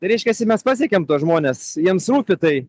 reiškiasi mes pasiekėm tuos žmones jiems rūpi tai